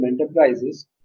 enterprises